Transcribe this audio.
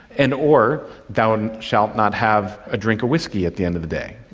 and or thou and shalt not have a drink of whiskey at the end of the day,